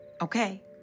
Okay